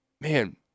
man